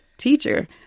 teacher